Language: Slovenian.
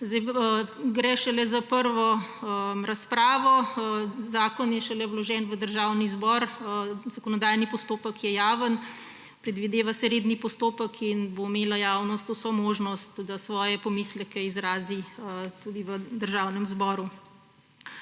Gre šele za prvo razpravo, zakon je šele vložen v Državni zbor, zakonodajni postopek je javen, predvideva se redni postopek in bo imela javnost vso možnost, da svoje pomisleke izrazi tudi v Državnem zboru.